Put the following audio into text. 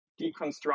deconstruct